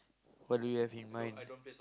what do you have in mind